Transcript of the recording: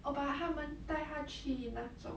oh but 他们带她去那种